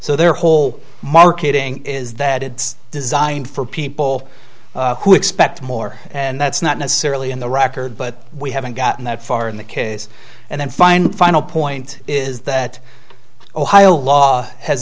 so their whole marketing is that it's designed for people who expect more and that's not necessarily in the record but we haven't gotten that far in the case and then find the final point is that ohio law has